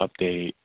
update